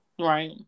Right